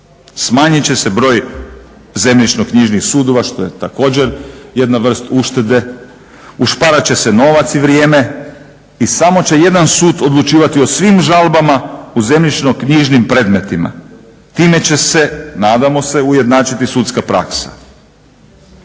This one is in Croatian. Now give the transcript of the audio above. smanjit će se broj Zemljišno-knjižnih sudova što je također jedna vrsta uštede, ušparati će se novac i vrijeme i samo će jedan sud odlučivati o svim žalbama u zemljišno-knjižnim predmetima. Time će se nadamo se ujednačiti sudska praksa.